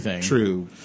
true